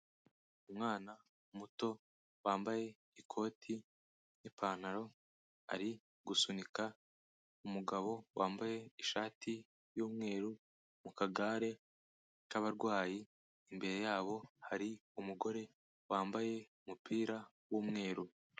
Umwana muto, wambaye ikoti n'ipantaro ari gusunika umugabo wambaye ishati y'umweru mu kagare k'abarwayi, imbere yabo, hari umugore wambaye umupira w'umweru.